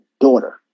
daughter